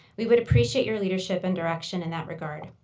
we would appreciate your leadership and direction in that regard.